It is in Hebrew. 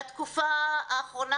והתקופה האחרונה,